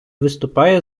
виступає